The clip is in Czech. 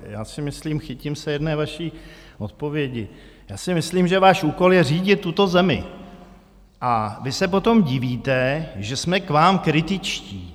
Já si myslím chytím se jedné vaší odpovědi já si myslím, že váš úkol je řídit tuto zemi, a vy se potom divíte, že jsme k vám kritičtí.